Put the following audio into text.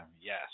Yes